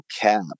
cap